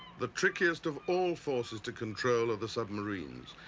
the trickiest of all forces to control are the submarines,